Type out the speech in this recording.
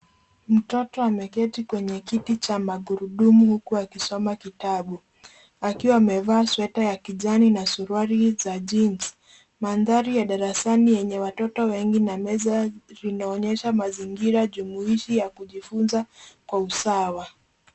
Mtoto ameketi kwenye kiti cha magurudumu huku akisoma kitabu akiwa amevaa sweta ya kijani na suruali za jinsi. Mandhari ya darasani yenye watoto wengi na meza linaonyesha mazingira jumuishi ya kujifunza kwa usawa.